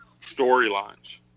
storylines